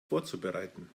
vorzubereiten